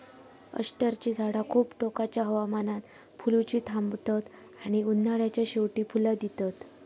अष्टरची झाडा खूप टोकाच्या हवामानात फुलुची थांबतत आणि उन्हाळ्याच्या शेवटी फुला दितत